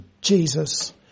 Jesus